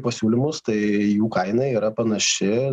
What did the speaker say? pasiūlymus tai jų kaina yra panaši